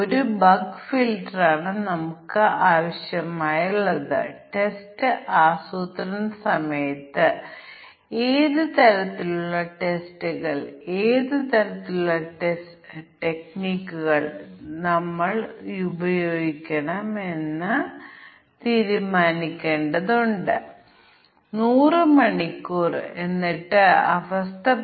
എന്നാൽ രണ്ട് പാരാമീറ്ററുകൾക്കും ചില മൂല്യങ്ങളുടെ സംയോജനമുണ്ടെങ്കിൽ മാത്രം പ്രത്യേക മൂല്യങ്ങൾ ഉണ്ടെങ്കിൽ മാത്രമേ പ്രശ്നം ഉണ്ടാകൂ അതിനാൽ സാധ്യമായ എല്ലാ കോമ്പിനേഷനുകളും ഞങ്ങൾ പരിഗണിക്കേണ്ടതുണ്ട് അതിനാൽ ഇത് 4 മുതൽ 4 വരെ 4 പ്ലസ് 4 അല്ല